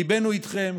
ליבנו אתכם.